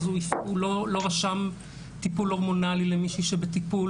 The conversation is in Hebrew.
אז הוא לא רשם טיפול הורמונלי למישהי שבטיפול,